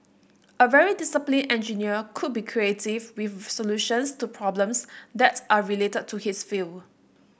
a very disciplined engineer could be creative with solutions to problems that are related to his field